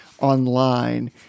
online